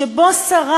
שבו שרה,